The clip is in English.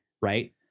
right